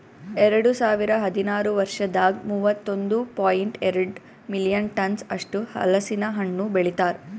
ಎರಡು ಸಾವಿರ ಹದಿನಾರು ವರ್ಷದಾಗ್ ಮೂವತ್ತೊಂದು ಪಾಯಿಂಟ್ ಎರಡ್ ಮಿಲಿಯನ್ ಟನ್ಸ್ ಅಷ್ಟು ಹಲಸಿನ ಹಣ್ಣು ಬೆಳಿತಾರ್